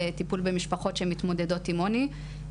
לטיפול במשפחות שמתמודדות עם עוני.